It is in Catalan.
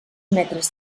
metres